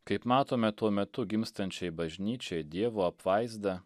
kaip matome tuo metu gimstančiai bažnyčiai dievo apvaizda